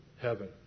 Heaven